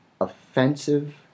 offensive